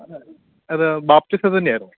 അത് ബാപ്റ്റിസത്തിൻ്റെ ആയിരുന്നു